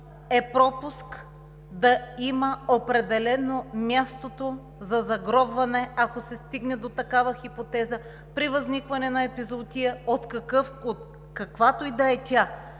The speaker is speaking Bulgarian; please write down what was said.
е пропуск – да има определено мястото за загробване, ако се стигне до такава хипотеза при възникване на епизоотия, каквато и да е тя.